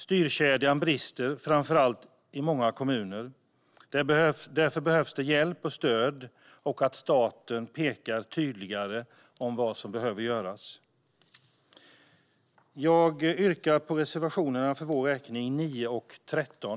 Styrkedjan brister, framför allt i många kommuner. Därför behövs det hjälp och stöd, och staten måste peka tydligare på vad som behöver göras. Jag yrkar bifall till reservationerna 9 och 13.